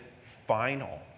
final